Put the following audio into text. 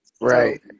Right